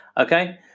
Okay